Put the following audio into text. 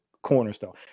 cornerstone